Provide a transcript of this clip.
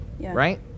right